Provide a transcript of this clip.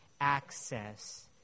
access